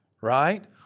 right